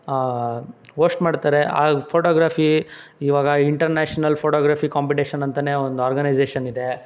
host ಮಾಡ್ತಾರೆ ಆ photography ಇವಾಗ ಇಂಟರ್ನ್ಯಾಷನಲ್ ಫೋಟೋಗ್ರಫಿ ಕಾಂಪಿಟೀಷನ್ ಅಂತನೇ ಒಂದು ಆರ್ಗನೈಝೇಷನ್ ಇದೆ